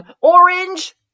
Orange